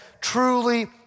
truly